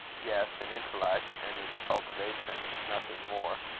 yes, in intellect and its cultivation nothing more.